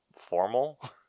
Formal